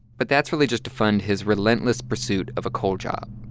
but that's really just to fund his relentless pursuit of a coal job.